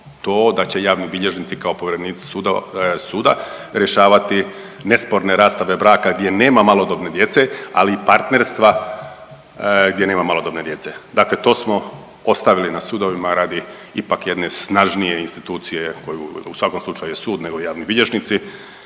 to da će javni bilježnici kao povjerenici sudova, suda rješavati nesporne rastave braka gdje nema malodobne djece, ali i partnerstva gdje nema malodobne djece. Dakle, to smo ostavili na sudovima radi ipak jedne snažnije institucije koju u svakom slučaju je sud nego javni bilježnici